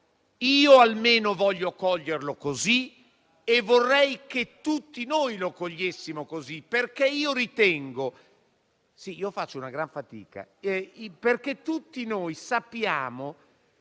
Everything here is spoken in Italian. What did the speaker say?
Io almeno voglio coglierlo così e vorrei che tutti noi lo cogliessimo così. Sì, io faccio